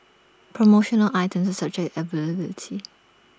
promotional items subject availability